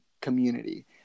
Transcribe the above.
community